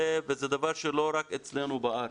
זה דבר שהוא לא רק אצלנו בארץ,